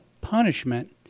punishment